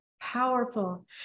powerful